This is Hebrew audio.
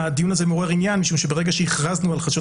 הדיון הזה מעורר עניין כי ברגע שהכרזנו על חדשות